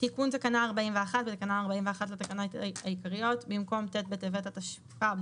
"תיקון תקנה 41 בתקנה 41 לתקנות העיקריות במקום "ט' בטבת התשפ"ב